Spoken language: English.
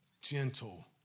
gentle